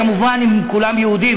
כמובן אם כולם יהודים.